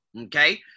okay